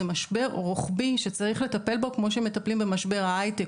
זה משבר רוחבי שצריך לטפל בו כמו שמטפלים במשבר ההייטק,